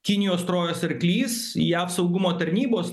kinijos trojos arklys jav saugumo tarnybos